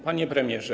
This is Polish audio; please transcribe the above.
Panie Premierze!